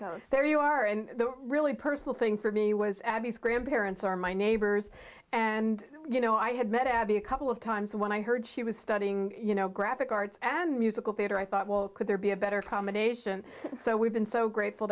coast there you are and really personal thing for me was abby's grandparents are my neighbors and you know i had met abby a couple of times when i heard she was studying you know graphic arts and musical theater i thought well could there be a better combination so we've been so grateful